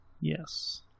Yes